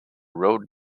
road